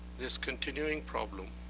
this continuing problem